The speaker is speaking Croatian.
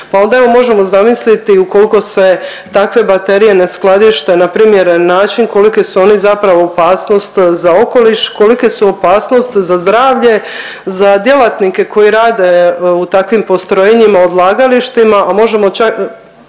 Pa onda evo, možemo zamisliti ukoliko se takve baterije ne skladište na primjeren način, kolike su oni zapravo opasnost za okoliš, kolike su opasnost za zdravlje, za djelatnike koji rade u takvim postrojenjima, odlagalištima, a možemo tek